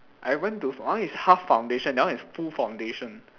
I went to my one is half foundation that one is full foundation